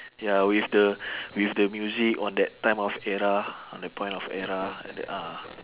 ya with the with the music on that time of era on that point of era at that ah